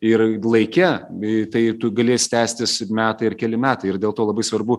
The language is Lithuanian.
ir laike e tai galės tęstis metai ir keli metai ir dėl to labai svarbu